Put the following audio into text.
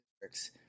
districts